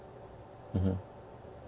mmhmm